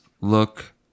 look